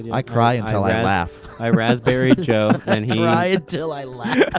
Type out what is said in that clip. i cry until i laugh. i raspberried joe, and he. i cry until i laugh. yeah